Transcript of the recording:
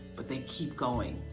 but they keep going.